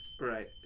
Right